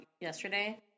yesterday